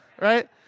right